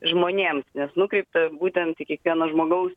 žmonėms nes nukreipta būtent į kiekvieno žmogaus